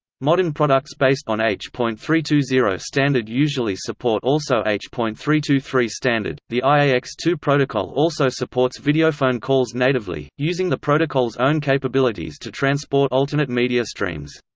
modern products based on h point three two zero standard usually support also h point three two three standard the i a x two protocol also supports videophone calls natively, using the protocol's own capabilities to transport alternate media streams.